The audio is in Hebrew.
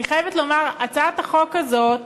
אני חייבת לומר שהצעת החוק הזאת,